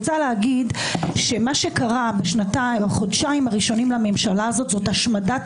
מה שקרה בחודשיים הראשונים לממשלה הזאת זה השמדת